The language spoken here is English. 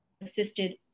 assisted